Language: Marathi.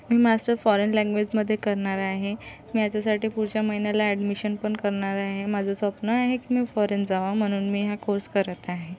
मी मास्टर फॉरेन लँग्वेजमध्ये करणार आहे मी याच्यासाठी पुढच्या महिन्याला ॲडमिशन पण करणार आहे माझं स्वप्न आहे की मी फॉरेन जावं म्हणून मी हा कोर्स करत आहे